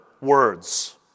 words